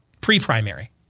pre-primary